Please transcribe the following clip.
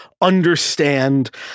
understand